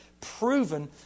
Proven